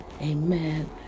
amen